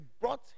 brought